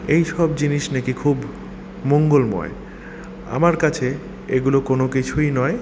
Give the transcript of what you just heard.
এইসব জিনিস নাকি খুব মঙ্গলময় আমার কাছে এগুলো কোনো কিছুই নয়